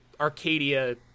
Arcadia